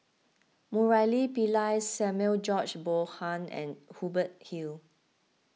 Murali Pillai Samuel George Bonham and Hubert Hill